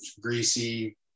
greasy